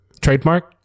trademark